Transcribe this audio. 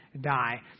die